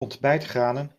ontbijtgranen